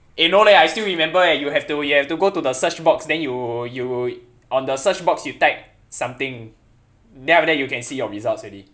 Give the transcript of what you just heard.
eh no leh I still remember eh you have to you have to go to the search box then you you on the search box you type something then after that you can see your results already